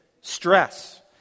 stress